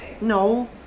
No